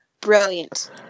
brilliant